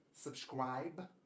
subscribe